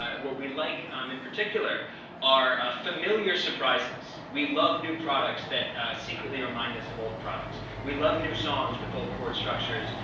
ah what we like um in particular are familiar surprises. we love new products that secretly remind us of old products. we love new songs with old chord structures,